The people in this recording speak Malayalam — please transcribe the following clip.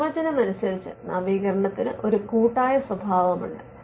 നിർവചനം അനുസരിച്ച് നവീകരണത്തിന് ഒരു കൂട്ടായ സ്വഭാവമുണ്ട്